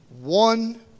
one